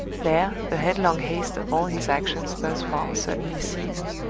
there, the headlong haste of all his actions thus far suddenly ceased,